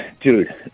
dude